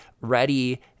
ready